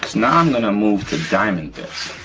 now i'm gonna move to diamond bits.